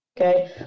Okay